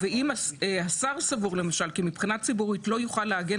ואם השר סבור למשל כי מבחינה ציבורית לא יוכל להגן